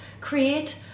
create